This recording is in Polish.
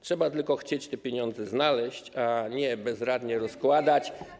Trzeba tylko chcieć te pieniądze znaleźć, a nie bezradnie rozkładać.